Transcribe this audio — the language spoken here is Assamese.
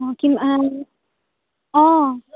অ' কিমান অ'